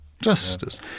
justice